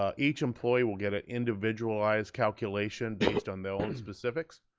ah each employee will get an individualized calculation based on their own specifics,